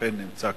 שאכן נמצא כאן.